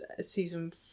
season